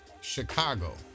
Chicago